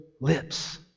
lips